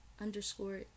underscore